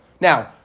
Now